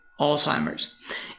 Alzheimer's